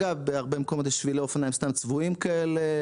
בהרבה מקומות יש שבילי אופניים סתם צבועים כאלה,